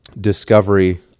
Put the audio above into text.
discovery